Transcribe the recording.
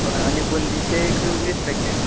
हय आनी भुंदीचे वीस पेकीट